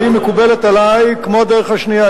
והיא מקובלת עלי כמו הדרך השנייה,